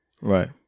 Right